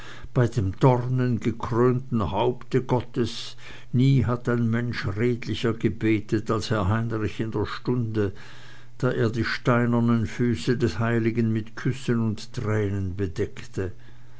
bei dem dorngekrönten haupte gottes nie hat ein mensch redlicher gebetet als herr heinrich in der stunde da er die steinernen füße des heiligen mit küssen und tränen bedeckte